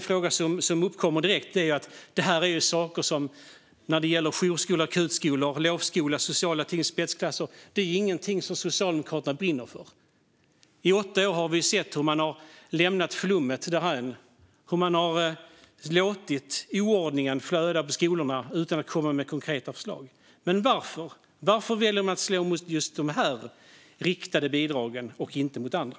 Tanken som kommer direkt är att jourskola, akutskolor, lovskola, sociala team och spetsklasser inte är något som Socialdemokraterna brinner för. I åtta år har vi sett hur de har lämnat flummet därhän och låtit oordningen flöda på skolorna utan att komma med konkreta förslag. Men varför väljer man att slå mot just de här riktade bidragen och inte mot andra?